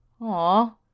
Aw